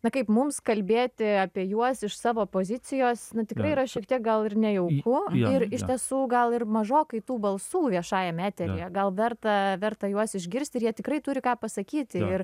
na kaip mums kalbėti apie juos iš savo pozicijos tikrai yra šiek tiek gal ir nejauku ir iš tiesų gal ir mažokai tų balsų viešajam eteryje gal verta verta juos išgirst ir jie tikrai turi ką pasakyti ir